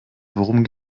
worum